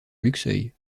luxeuil